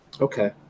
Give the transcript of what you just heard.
okay